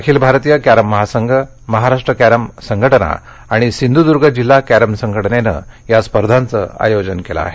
अखिल भारतीय क्रि महासंघ महाराष्ट्र क्रि संघटना आणि सिंधुद्र्ग जिल्हा क्रि संघटनेनं या स्पर्धांचं आयोजन केलं आहे